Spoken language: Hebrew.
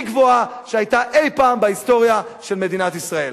גבוהה שהיתה אי-פעם בהיסטוריה של מדינת ישראל.